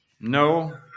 No